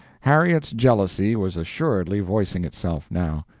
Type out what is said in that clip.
harriet's jealousy was assuredly voicing itself now,